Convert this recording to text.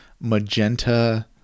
magenta